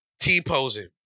T-posing